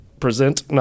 present